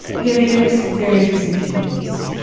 yeah mean, it was very disingenuous